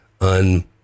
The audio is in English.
un-